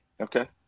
okay